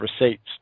receipts